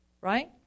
right